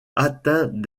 atteint